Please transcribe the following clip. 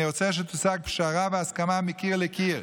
אני רוצה שתושג פשרה והסכמה מקיר לקיר.